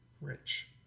rich